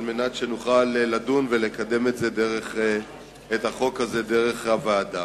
על מנת שנוכל לדון ולקדם את החוק הזה דרך הוועדה.